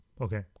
Okay